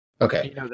Okay